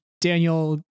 daniel